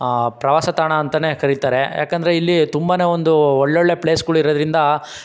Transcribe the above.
ಪ್ರವಾಸ ತಾಣ ಅಂತಲೇ ಕರಿತಾರೆ ಯಾಕೆಂದ್ರೆ ಇಲ್ಲಿ ತುಂಬನೇ ಒಂದು ಒಳ್ಳೊಳ್ಳೆ ಪ್ಲೇಸ್ಗಳು ಇರೋದ್ರಿಂದ